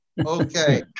okay